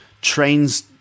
trains